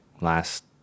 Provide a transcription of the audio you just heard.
last